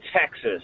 Texas